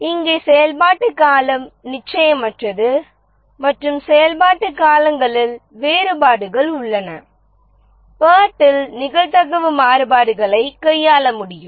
இங்கே செயல்பாட்டு காலம் நிச்சயமற்றது மற்றும் செயல்பாட்டு காலங்களில் வேறுபாடுகள் உள்ளன பேர்ட்டில் நிகழ்தகவு மாறுபாடுகளைக் கையாள முடியும்